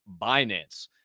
Binance